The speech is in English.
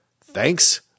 Thanks